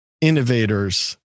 innovators